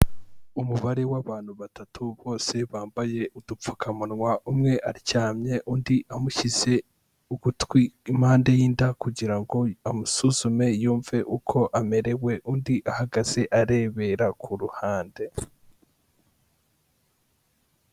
Umubare w'abantu batatu bose bambaye udupfukamunwa, umwe aryamye undi amushyize ugutwi impande y'inda kugira ngo amusuzume yumve uko amerewe, undi ahagaze arebera ku ruhande.